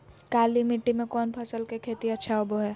काली मिट्टी में कौन फसल के खेती अच्छा होबो है?